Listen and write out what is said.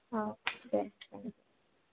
औ दे बाय